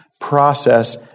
process